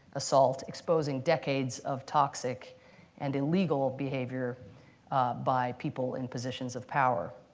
assault, exposing decades of toxic and illegal behavior by people in positions of power.